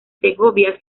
segovia